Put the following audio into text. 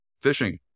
fishing